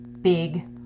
big